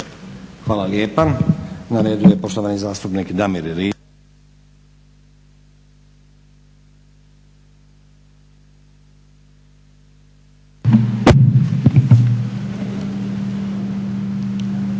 vam lijepa. Na redu je poštovani zastupnik Damir Rilje.